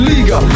Liga